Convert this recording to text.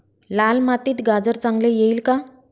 लाल मातीत गाजर चांगले येईल का?